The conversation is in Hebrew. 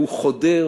והוא חודר